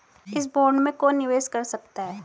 इस बॉन्ड में कौन निवेश कर सकता है?